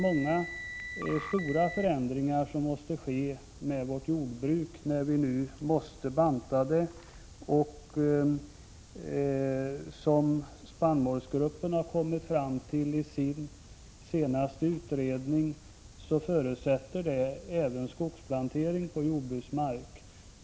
Många förändringar blir nödvändiga i vårt jordbruk när vi nu måste banta det. Enligt vad spannmålsgruppen har kommit fram till i sin senaste utredning är en av förutsättningarna skogsplantering på jordbruksmark.